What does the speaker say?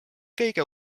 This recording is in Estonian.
kõige